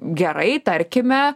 gerai tarkime